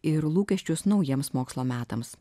ir lūkesčius naujiems mokslo metams